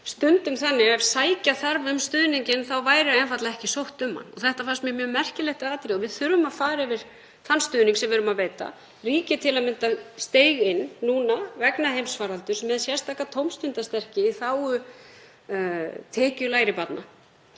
stundum þannig að ef sækja þyrfti um stuðninginn væri einfaldlega ekki sótt um hann. Þetta fannst mér mjög merkilegt atriði og við þurfum að fara yfir þann stuðning sem við veitum. Ríkið steig til að mynda inn núna vegna heimsfaraldurs með sérstaka tómstundastyrki í þágu tekjulægri barna.